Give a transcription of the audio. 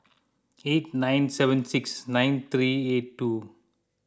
eight nine seven six nine three eight two